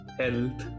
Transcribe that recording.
health